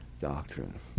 doctrine